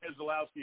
Keselowski